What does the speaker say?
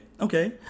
okay